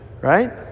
right